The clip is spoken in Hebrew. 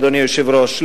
אדוני היושב-ראש,